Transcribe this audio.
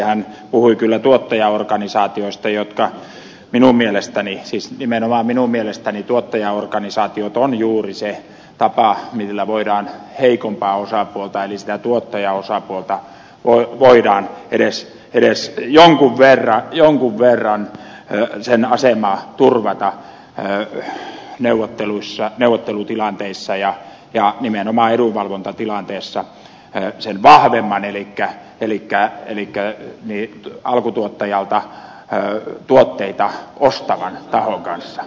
hän puhui kyllä tuottajaorganisaatioista jotka minun mielestäni siis nimenomaan minun mielestäni ovat juuri se tapa millä voidaan heikompaa osapuolta äänistä tuottajaosapuolta ole voidaan edes jonkun verran heikomman osapuolen eli sen tuottajaosapuolen asemaa turvata neuvottelutilanteissa ja nimenomaan edunvalvontatilanteessa sen vahvemman elikkä alkutuottajalta tuotteita ostavan tahon kanssa